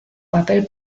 papel